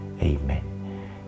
Amen